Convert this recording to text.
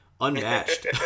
unmatched